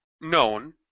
known